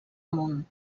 món